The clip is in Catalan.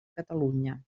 catalunya